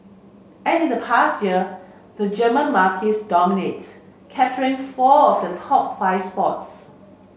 an in past year the German marques dominate capturing four of the top five spots